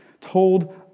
told